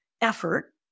effort